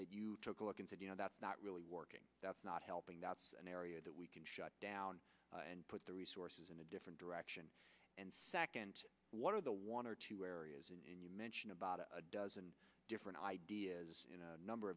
that you took a look and said you know that's not really working that's not helping that's an area that we can shut down and put the resources in a different direction and second what are the one or two areas and you mention about a dozen different ideas in a number